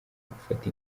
gufata